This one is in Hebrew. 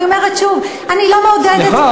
אני אומרת שוב: אני לא מעודדת,